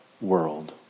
world